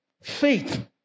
Faith